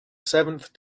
seventh